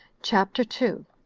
chapter two.